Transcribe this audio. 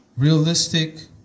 Realistic